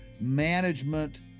management